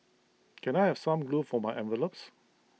can I have some glue for my envelopes